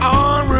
on